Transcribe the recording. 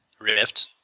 Rift